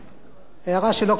אבל היא משעשעת אותי תמיד,